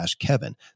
kevin